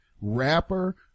rapper